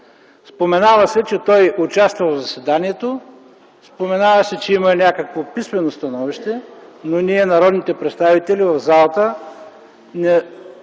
Споменава се, че той участва в заседанието. Споменава се, че има някакво писмено становище, но ние, народните представители в залата,